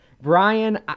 brian